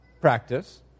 practice